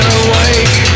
awake